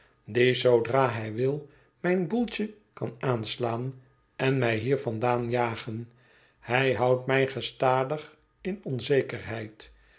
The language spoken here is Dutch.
die zoodra hij wil mijn boeltje kan aanslaan en mij hier vandaan jagen hij houdt mij gestadig in onzekerheid